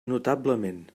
notablement